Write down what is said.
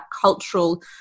cultural